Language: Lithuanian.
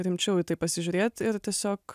rimčiau pasižiūrėt ir tiesiog